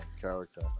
character